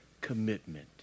commitment